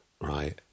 right